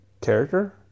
character